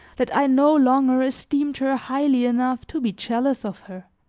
that i no longer esteemed her highly enough to be jealous of her.